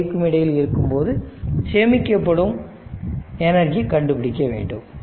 5 வுக்கும் இடையில் இருக்கும்போது சேமிக்கப்படும் எனர்ஜி கண்டுபிடிக்க வேண்டும்